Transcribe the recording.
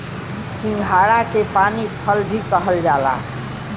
सिंघाड़ा के पानी फल भी कहल जाला